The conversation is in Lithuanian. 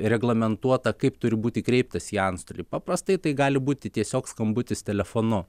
reglamentuota kaip turi būti kreiptasi į antstolį paprastai tai gali būti tiesiog skambutis telefonu